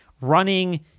running